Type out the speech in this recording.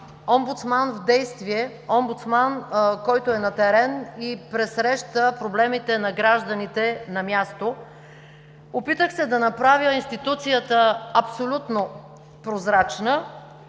омбудсман в действие, омбудсман, който е на терен, и пресреща проблемите на гражданите на място. Опитах се да направя институцията абсолютно прозрачна.